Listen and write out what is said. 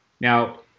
now